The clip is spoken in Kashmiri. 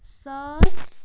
ساس